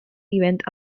event